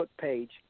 page